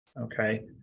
okay